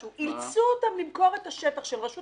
אזכיר לך משהו: אילצו אותם למכור את השטח של רשות